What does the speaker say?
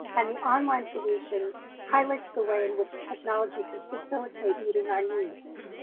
and the online solution highlights the way in which technology can facilitate meeting our needs.